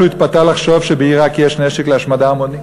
שהוא התפתה לחשוב שבעיראק יש נשק להשמדה המונית.